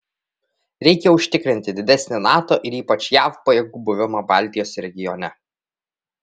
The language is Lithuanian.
reikia užtikrinti didesnį nato ir ypač jav pajėgų buvimą baltijos regione